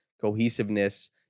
cohesiveness